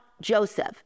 Joseph